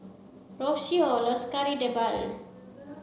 Rocio loves Kari Debal